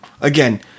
again